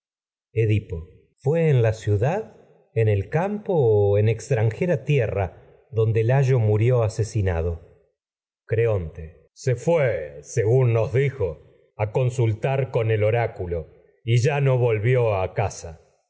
edipo fué en la ciudad en el campo o en extran jera tierra donde layo murió asesinado creonte se el fué segrin a nos casa dijo a consultar con oráculo edipo y ya no no volvió